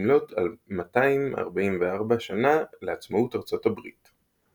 במלאת 244 שנה לעצמאות ארצות הברית.